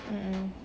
mm mm